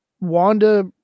Wanda